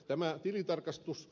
tämä tilintarkastus